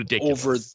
over